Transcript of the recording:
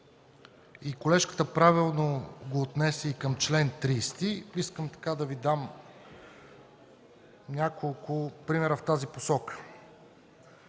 и колежката правилно го отнесе към чл. 30, искам да дам няколко примера в тази посока.